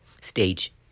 Stage